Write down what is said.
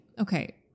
Okay